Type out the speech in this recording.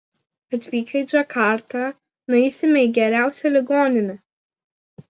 atvykę į džakartą nueisime į geriausią ligoninę